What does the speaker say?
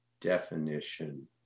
definition